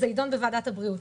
זה יידון בוועדת הבריאות.